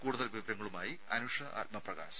കൂടുതൽ വിവരങ്ങളുമായി അനുഷ ആത്മപ്രകാശ്